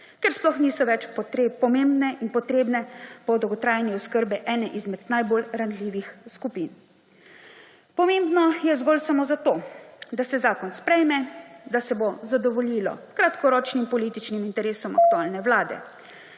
kjer sploh niso več pomembne in potrebne po dolgotrajni oskrbi ene izmed najbolj ranljivih skupin. Pomembno je zgolj samo zato, da se zakon sprejme, da se bo zadovoljilo kratkoročnim političnim interesom aktualne vlade.